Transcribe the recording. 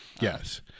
Yes